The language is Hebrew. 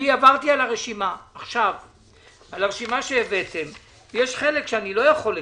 אני עברתי עכשיו על הרשימה שהבאתם ויש חלק שאני לא יכול לקבל.